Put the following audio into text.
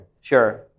Sure